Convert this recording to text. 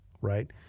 right